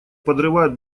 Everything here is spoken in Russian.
подрывают